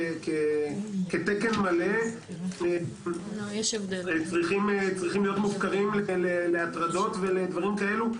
כתקן מלא צריכים להיות מופקרים להטרדות ולדברים כאלו,